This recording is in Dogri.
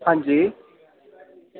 हां जी